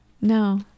No